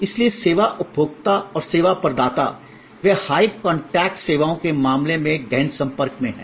इसलिए सेवा उपभोक्ता और सेवा प्रदाता वे हाय कांटेक्ट सेवाओं के मामले में गहन संपर्क में हैं